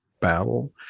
battle